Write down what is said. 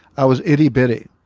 i was itty bitty.